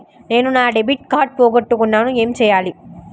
నేను నా debit card పోగొట్టుకున్నాను ఏమి చేయాలి?